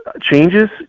changes